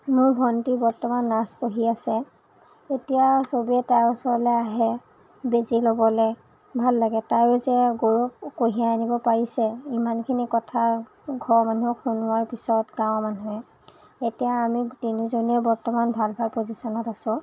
মোৰ ভণ্টী বৰ্তমান নাৰ্চ পঢ়ি আছে এতিয়া সবেই তাইৰ ওচৰলৈ আহে বেজি ল'বলৈ ভাল লাগে তায়ো যে গৌৰৱ কঢ়িয়াই আনিব পাৰিছে ইমানখিনি কথা ঘৰৰ মানুহক শুনোৱাৰ পিছত গাঁৱৰ মানুহে এতিয়া আমি তিনিজনীয়েই বৰ্তমান ভাল ভাল পজিচনত আছোঁ